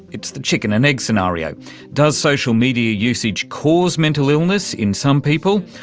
it's the chicken-and-egg scenario does social media usage cause mental illness in some people?